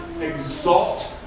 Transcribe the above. exalt